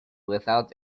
without